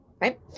right